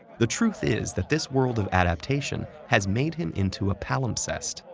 the truth is that this world of adaptation has made him into a palimpsest.